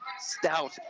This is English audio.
Stout